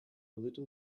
little